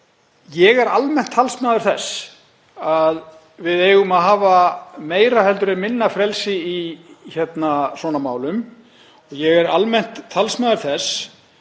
ég er almennt talsmaður þess að við eigum að hafa meira frelsi en minna í svona málum. Og ég er almennt talsmaður þess